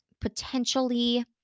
potentially